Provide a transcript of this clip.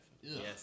Yes